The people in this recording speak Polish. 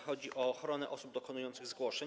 Chodzi o ochronę osób dokonujących zgłoszeń.